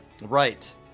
Right